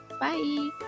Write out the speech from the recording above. bye